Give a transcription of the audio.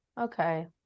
okay